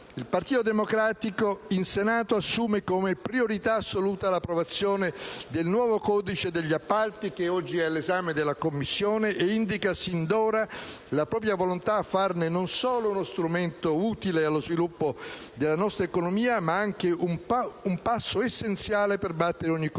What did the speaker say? il Partito Democratico in Senato assume come priorità assoluta l'approvazione del nuovo codice degli appalti, che oggi è all'esame della Commissione, e indica sin d'ora la propria volontà a farne non solo uno strumento utile allo sviluppo della nostra economia, ma anche un passo essenziale per battere ogni corruzione.